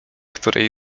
której